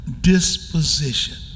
disposition